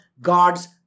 God's